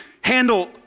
handle